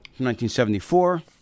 1974